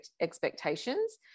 expectations